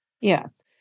Yes